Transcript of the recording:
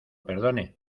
perdone